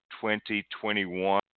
2021